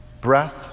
Breath